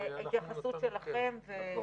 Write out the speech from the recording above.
העיסוק בנושא נכנס לשנה ה-19.